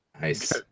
Nice